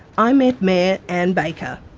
i met mayor anne baker.